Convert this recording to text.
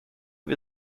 wir